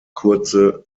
kurze